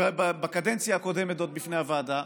עוד בקדנציה הקודמת בפני הוועדה.